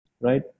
right